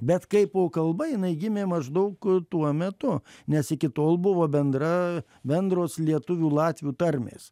bet kaipo kalba jinai gimė maždaug tuo metu nes iki tol buvo bendra bendros lietuvių latvių tarmės